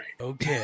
Okay